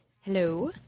Hello